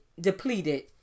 depleted